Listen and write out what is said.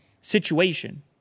situation